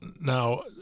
now